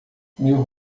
meu